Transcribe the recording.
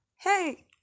hey